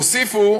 הוסיפו,